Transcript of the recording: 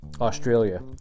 Australia